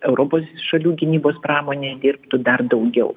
europos šalių gynybos pramonė dirbtų dar daugiau